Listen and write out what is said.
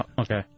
Okay